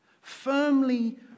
firmly